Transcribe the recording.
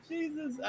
Jesus